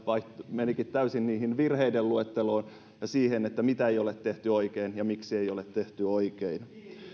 menikin täysin virheiden luetteloon ja siihen mitä ei ole tehty oikein ja miksi ei ole tehty oikein